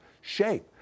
shape